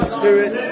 Spirit